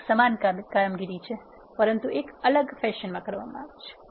આ એક સમાન કામગીરી છે પરંતુ એક અલગ ફેશનમાં કરવામાં આવે છે